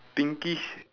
pinkish